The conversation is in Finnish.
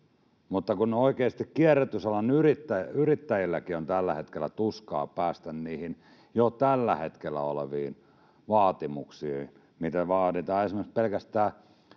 mutta oikeasti kierrätysalan yrittäjilläkin on tällä hetkellä tuskaa päästä niihin jo tällä hetkellä oleviin vaatimuksiin, mitä vaaditaan